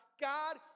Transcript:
God